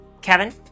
Kevin